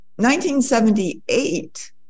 1978